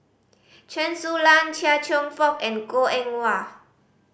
Chen Su Lan Chia Cheong Fook and Goh Eng Wah